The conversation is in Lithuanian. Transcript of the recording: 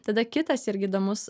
tada kitas irgi įdomus